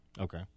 Okay